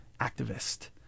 activist